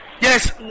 Yes